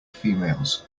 females